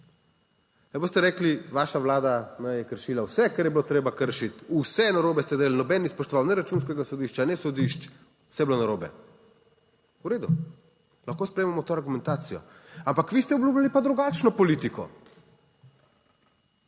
Ne boste rekli, vaša Vlada naj bi kršila vse kar je bilo treba kršiti, vse narobe ste delali, nobenih spoštoval, ne Računskega sodišča, ne sodišč vse je bilo narobe. V redu, lahko sprejmemo to argumentacijo, ampak vi ste obljubljali pa drugačno politiko.